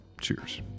cheers